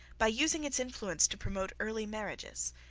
by using its influence to promote early marriages,